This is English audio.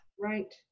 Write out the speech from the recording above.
Right